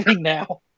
now